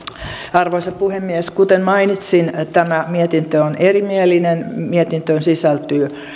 arvoisa puhemies kuten mainitsin tämä mietintö on erimielinen mietintöön sisältyy